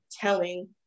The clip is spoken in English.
telling